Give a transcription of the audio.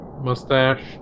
mustache